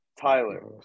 Tyler